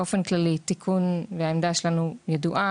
העמדה שלנו ידועה,